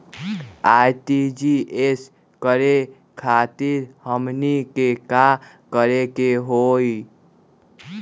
RTGS करे खातीर हमनी के का करे के हो ई?